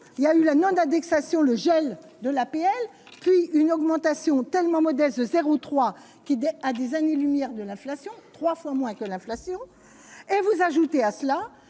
il y a eu le nom d'indexation, le gel de l'APL, puis une augmentation tellement modeste 0 3 qui est à des années-lumière de l'inflation, 3 fois moins que l'inflation et vous ajoutez à cela